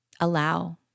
allow